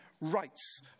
rights